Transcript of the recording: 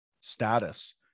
status